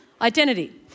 Identity